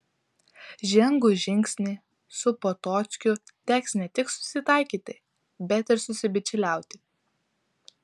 žengus žingsnį su potockiu teks ne tik susitaikyti bet ir susibičiuliauti